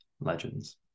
legends